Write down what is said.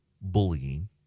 bullying